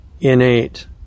innate